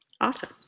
Awesome